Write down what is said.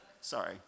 Sorry